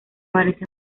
parece